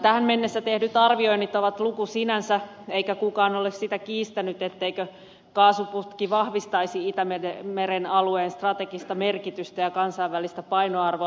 tähän mennessä tehdyt arvioinnit ovat luku sinänsä eikä kukaan ole sitä kiistänyt etteikö kaasuputki vahvistaisi itämeren alueen strategista merkitystä ja kansainvälistä painoarvoa